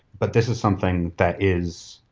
but this is something that is,